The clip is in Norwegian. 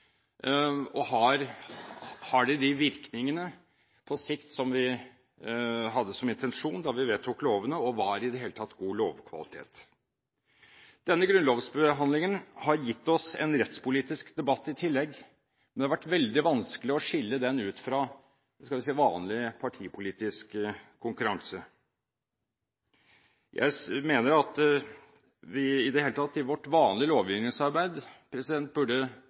lovgivningen? Har den de virkningene på sikt som vi hadde som intensjon da vi vedtok lovene? Hva er i det hele tatt god lovkvalitet? Denne grunnlovsbehandlingen har gitt oss en rettspolitisk debatt i tillegg, men det har vært veldig vanskelig å skille den ut fra – skal vi si – vanlig partipolitisk konkurranse. Jeg mener at vi i det hele tatt i vårt vanlige lovgivningsarbeid burde